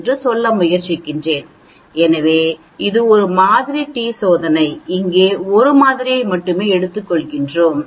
என்று சொல்ல முயற்சிக்கிறேன் எனவே இது ஒரு மாதிரி டி சோதனை இங்கே 1 மாதிரியை மட்டுமே எடுத்துக்கொள்கிறோம்